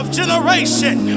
generation